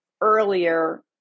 earlier